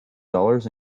dollars